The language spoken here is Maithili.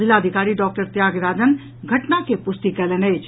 जिलाधिकारी डॉक्टर त्यागराजन घटना के पुष्टि कयलनि अछि